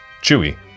Chewie